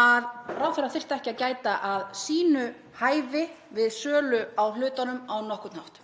að ráðherrann þyrfti ekki að gæta að hæfi sínu við sölu á hlutunum á nokkurn hátt.